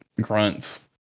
grunts